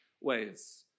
ways